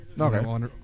Okay